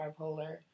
bipolar